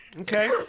Okay